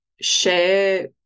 share